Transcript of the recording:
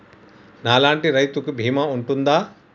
నా లాంటి రైతు కి బీమా ఉంటుందా?